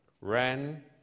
ran